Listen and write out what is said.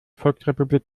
volksrepublik